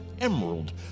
emerald